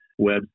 website